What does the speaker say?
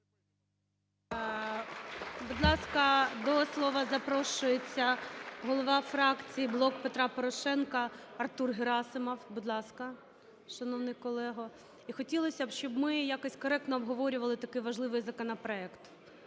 Будь ласка, до слова запрошується голова фракції "Блок Перта Порошенка" Артур Герасимов. Будь ласка, шановний колего. І хотілося б, щоб ми якось коректо обговорювали такий важливий законопроект.